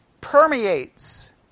permeates